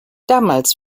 damals